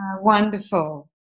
Wonderful